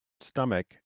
stomach